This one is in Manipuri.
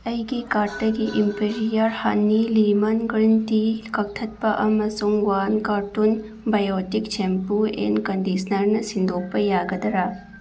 ꯑꯩꯒꯤ ꯀꯥꯔꯠꯇꯒꯤ ꯏꯝꯄꯦꯔꯤꯌꯥ ꯍꯅꯤ ꯂꯤꯃꯟ ꯒ꯭ꯔꯤꯟ ꯇꯤ ꯀꯛꯊꯠꯄ ꯑꯃꯁꯨꯡ one carton Biotique shampoo and ꯀꯟꯗꯤꯁꯅꯔꯅ ꯁꯤꯟꯗꯣꯛꯄ ꯌꯥꯒꯗꯔꯥ